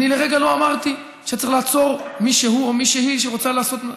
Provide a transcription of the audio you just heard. אני לרגע לא אמרתי שצריך לעצור מישהו או מישהי שרוצה לעשות,